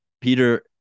peter